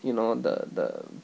you know the the